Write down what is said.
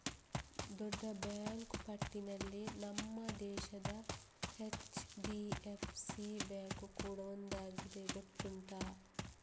ದೊಡ್ಡ ಬ್ಯಾಂಕು ಪಟ್ಟಿನಲ್ಲಿ ನಮ್ಮ ದೇಶದ ಎಚ್.ಡಿ.ಎಫ್.ಸಿ ಬ್ಯಾಂಕು ಕೂಡಾ ಒಂದಾಗಿದೆ ಗೊತ್ತುಂಟಾ